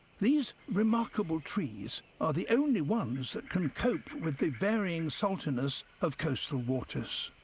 these remarkable trees are the only ones that can cope with the varying saltiness of coastal waters.